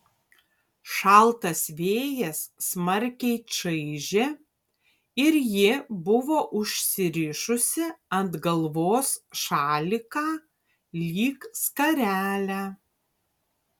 šaltas vėjas smarkiai čaižė ir ji buvo užsirišusi ant galvos šaliką lyg skarelę